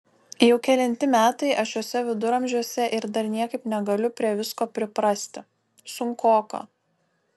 jau kelinti metai aš šiuose viduramžiuose ir dar niekaip negaliu prie visko priprasti sunkoka